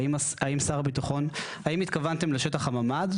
האם התכוונתם לשטח הממ"ד,